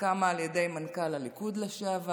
קמה על ידי מנכ"ל הליכוד לשעבר,